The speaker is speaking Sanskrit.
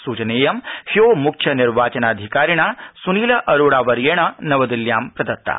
सूचनेयं ह्यो मुख्य निर्वाचन अधिकारिणा सुनील अरोड़ा महोदयेन नवदिल्ल्यां प्रदत्ता